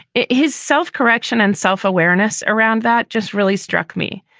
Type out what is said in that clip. his self-correction and self-awareness around that just really struck me.